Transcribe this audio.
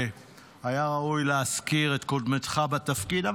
שהיה ראוי להזכיר את קודמתך בתפקיד.